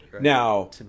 Now